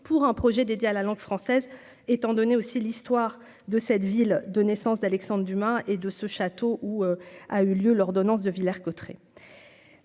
pour un projet dédié à la langue française. étant donné aussi l'histoire de cette ville de naissance d'Alexandre Dumas et de ce château où a eu lieu l'ordonnance de Villers-Cotterêts,